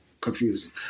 confusing